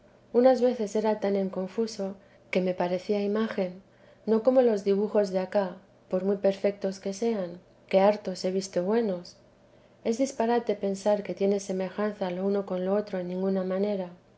unas veces era tan en confuso que me parecía imag no como los dibujos de acá por muy perfectos que sean que hartos he visto buenos es disparate pensar que tiene semejanza lo uno con ío otro en ninguna manera